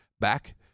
back